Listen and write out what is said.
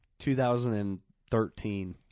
2013